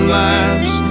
lives